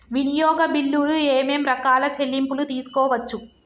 వినియోగ బిల్లులు ఏమేం రకాల చెల్లింపులు తీసుకోవచ్చు?